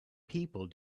people